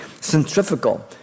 centrifugal